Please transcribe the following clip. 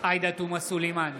עאידה תומא סלימאן,